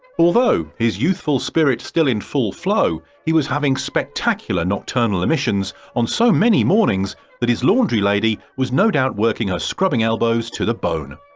although his youthful spirit still in full flow he was having spectacular nocturnal emissions on so many mornings that his laundry lady was no doubt working her scrubbing elbows to the bone.